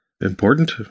important